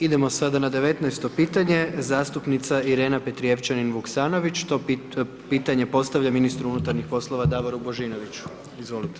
Idemo sada na 19 pitanje, zastupnica Irena Petrijevčanin Vuksaovnić, to pitanje postavlja ministru unutarnjih poslova, Davoru Božinoviću, izvolite.